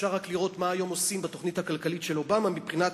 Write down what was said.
אפשר רק לראות מה היום עושים בתוכנית הכלכלית של אובמה מבחינת